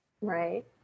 Right